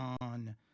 on